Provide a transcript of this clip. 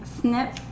Snip